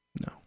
No